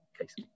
case